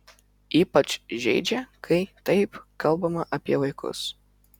ypač žeidžia kai taip kalbama apie vaikus